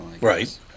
Right